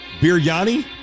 Biryani